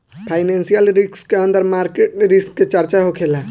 financial risk के अंदर market risk के चर्चा होखेला